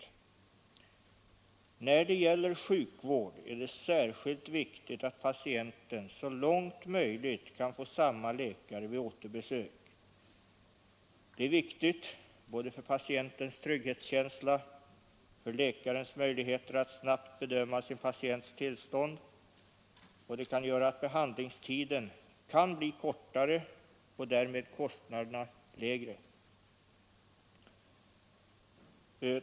När det gäller sjukvård är det särskilt viktigt att patienten så långt möjligt kan få samma läkare vid återbesök. Det är viktigt både för patientens trygghetskänsla och för läkarens möjligheter att snabbt bedöma sin patients tillstånd. Det kan också göra att behandlingstiden blir kortare och därmed kostnaderna lägre.